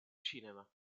cinema